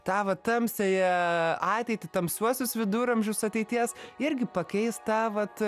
tą va tamsiąją ateitį tamsiuosius viduramžius ateities irgi pakeis ta vat